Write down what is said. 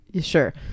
Sure